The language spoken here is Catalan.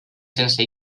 sense